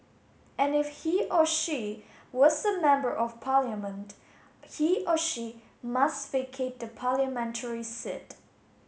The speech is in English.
and if he or she was a member of Parliament he or she must vacate the parliamentary seat